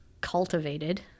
cultivated